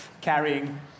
carrying